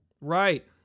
Right